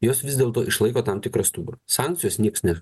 jos vis dėlto išlaiko tam tikrą stuburą sankcijos nieks ne